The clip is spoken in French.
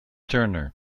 turner